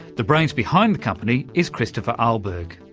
the brains behind the company is christopher ahlberg.